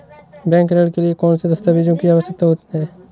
Bank ऋण के लिए कौन से दस्तावेजों की आवश्यकता है?